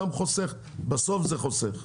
בסוף זה חוסך.